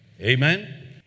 Amen